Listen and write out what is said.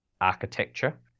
architecture